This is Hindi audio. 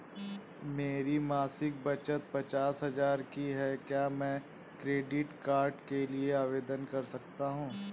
मेरी मासिक बचत पचास हजार की है क्या मैं क्रेडिट कार्ड के लिए आवेदन कर सकता हूँ?